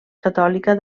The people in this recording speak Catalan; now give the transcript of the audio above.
catòlica